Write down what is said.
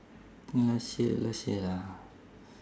last year last year ah